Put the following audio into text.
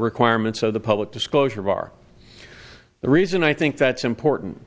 requirements of the public disclosure of our the reason i think that's important